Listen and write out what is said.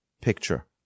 picture